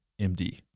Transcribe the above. MD